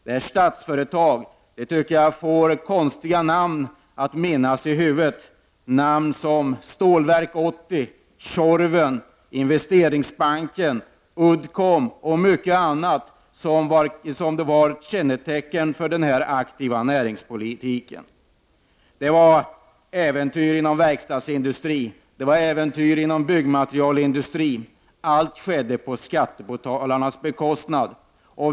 Detta Statsföretag minner om konstiga namn som Stålverk 80, Tjorven, Investeringsbanken, Uddcomb och många andra som varit kännetecken för den ”aktiva näringspolitiken”. Det var äventyr inom verkstadsindustri och byggmaterielindustri, och allt skedde på skattebetalarnas bekostnad.